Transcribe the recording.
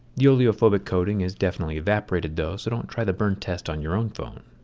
the oleophobic coating is definitely evaporated though, so don't try the burn test on your own phone.